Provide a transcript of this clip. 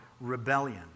rebellion